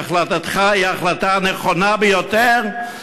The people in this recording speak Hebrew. החלטתך היא ההחלטה הנכונה ביותר,